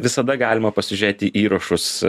visada galima pasižiūrėti įrašus